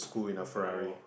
oh